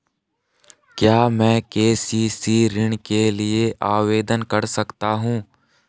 क्या मैं के.सी.सी ऋण के लिए आवेदन कर सकता हूँ?